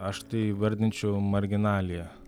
aš tai įvardinčiau marginalija